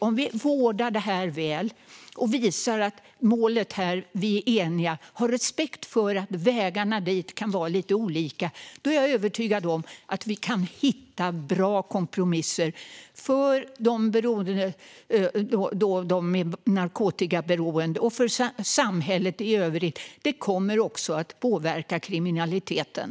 Om vi vårdar det här väl, visar att vi är eniga om målet och har respekt för att vägarna dit kan vara lite olika, då är jag övertygad om att vi kan hitta bra kompromisser för dem med narkotikaberoende och för samhället i övrigt. Det kommer också att påverka kriminaliteten.